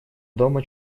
дома